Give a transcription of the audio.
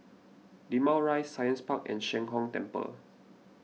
Limau Rise Science Park and Sheng Hong Temple